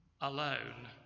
alone